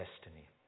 destiny